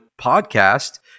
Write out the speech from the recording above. podcast